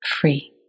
free